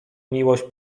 miłość